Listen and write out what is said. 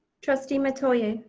trustee metoyer.